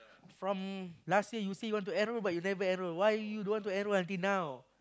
from last year you say you want to enrol but you never enrol why you don't want to enrol until now